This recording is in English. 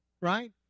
right